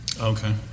Okay